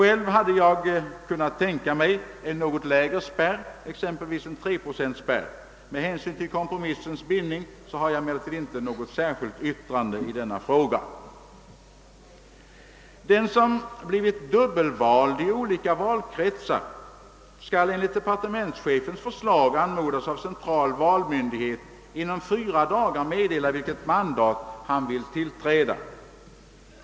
Jag hade kunnat tänka mig en något lägre spärr, exempelvis en 3-procentsspärr. Med hänsyn till kompromissens bindning har jag emellertid inte något särskilt yrkande. Den som blivit dubbelvald i olika valkretsar skall enligt departementschefens förslag anmodas av central valmyndighet att inom fyra dagar efter valet meddela vilket mandat han vill tillträda.